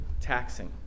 taxing